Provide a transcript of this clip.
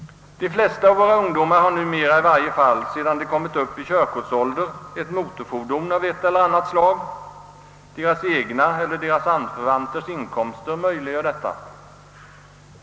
De flesta av våra ungdomar har numera sedan de kommit upp i körkortsåldern ett motorfordon av ett eller annat slag. Deras egna eller deras anförvanters inkomster möjliggör detta.